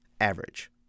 average